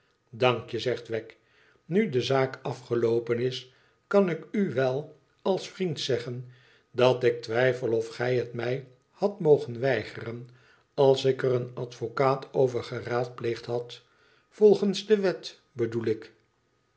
dank je zegt wegg inu de zaak afgeloopen is kan ik u wel als vriend zeggen dat ik twijfel of gij het mij hadt mogen weigeren als ik er een advocaat over geraadpleegd had volgens de wet bedoel ik